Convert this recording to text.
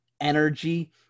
energy